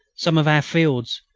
some of our fields,